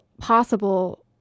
possible